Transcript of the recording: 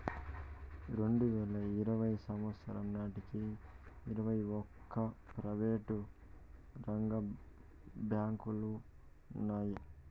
రెండువేల ఇరవై సంవచ్చరం నాటికి ఇరవై ఒక్క ప్రైవేటు రంగ బ్యాంకులు ఉన్నాయి